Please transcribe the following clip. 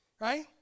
right